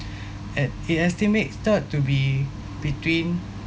at it estimated to be between